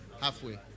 halfway